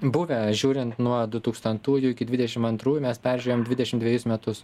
buvę žiūrint nuo dutūkstantųjų iki dvidešim antrųjų mes peržiūrėjom dvidešim dvejus metus